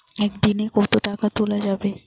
একদিন এ কতো টাকা তুলা যাবে?